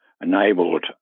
enabled